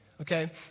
Okay